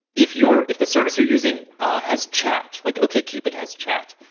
if you're if the service you're using has chat, like ok cupid has chat,